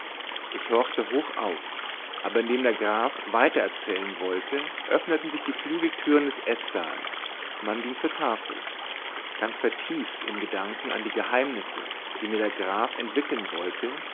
ich horchte hoch auf aber indem der graf weiter erzählen wollte öffneten sich die flügeltüren des eßsaals man ging zur tafel ganz vertieft in gedanken an die geheimnisse die mir der graf entwickeln wollte